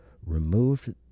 removed